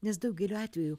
nes daugeliu atvejų